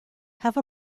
have